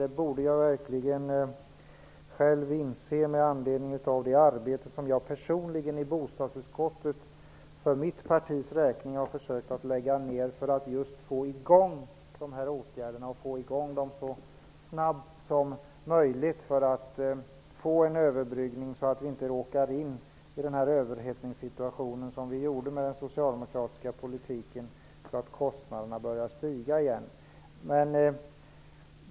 Det borde jag verkligen själv inse med tanke på det arbete som jag personligen för mitt partis räkning har försökt lägga ned i bostadsutskottet för att just få i gång de här åtgärderna och få i gång dem så snabbt som möjligt, för att få en överbryggning, så att vi inte råkar in i en överhettningssituation, som vi gjorde med den socialdemokratiska politiken, och kostnaderna börjar stiga igen.